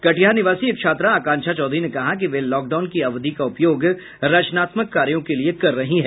कटिहार निवासी एक छात्रा आकांक्षा चौधरी ने कहा कि वे लाकडाउन की अवधि का उपयोग रचनात्मक कार्यों के लिए कर रही है